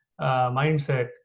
mindset